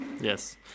yes